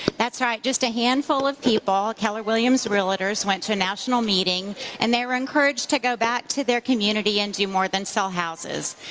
that's right. just a handful of people. keller williams realtors went to national meeting and they were encouraged to go back to their community and do more than sell houses.